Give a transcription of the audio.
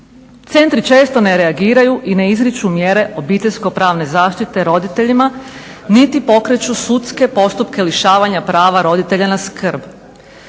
Centri često ne reagiraju i ne izriču mjere obiteljsko-pravne zaštite roditeljima niti pokreću sudske postupke lišavanja prava roditelja na skrb.